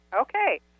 Okay